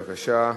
בבקשה.